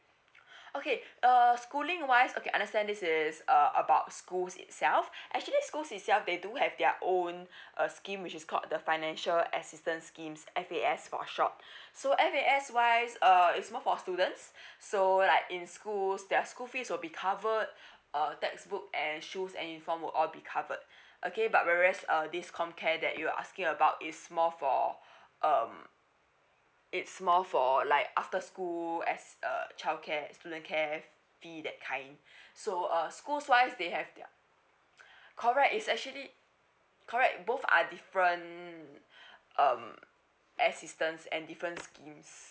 okay uh schooling wise okay understand this is uh about schools itself actually schools itself they do have their own uh scheme which is called the financial assistance schemes F_S_A for short so F_S_A wise uh is more for students so like in schools their school fees will be covered uh textbook and shoes and uniform will all be covered but whereas uh this comcare that you're asking about is more for um it's more for like after school as uh childcare student care that kind so uh schools wise they have correct is actually correct both are different um assistance and different schemes